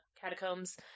catacombs